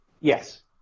yes